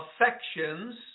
affections